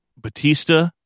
Batista